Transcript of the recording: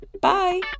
Bye